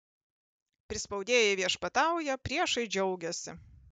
prispaudėjai viešpatauja priešai džiaugiasi